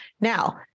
Now